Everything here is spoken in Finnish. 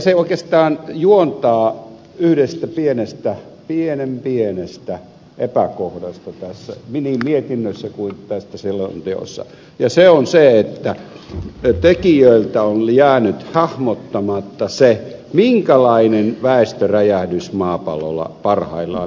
se oikeastaan juontaa yhdestä pienen pienestä epäkohdasta niin mietinnössä kuin selonteossakin ja se on se että tekijöiltä on jäänyt hahmottamatta se minkälainen väestöräjähdys maapallolla parhaillaan on menossa